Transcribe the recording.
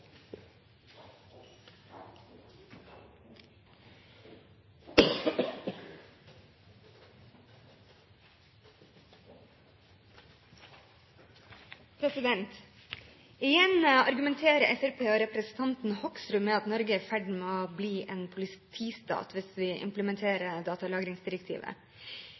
replikkordskifte. Igjen argumenterer Fremskrittspartiet og representanten Hoksrud med at Norge er i ferd med å bli en politistat hvis vi implementerer datalagringsdirektivet.